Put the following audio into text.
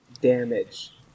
damage